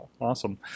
Awesome